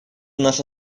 наша